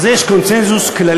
על זה יש קונסנזוס כללי,